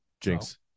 Jinx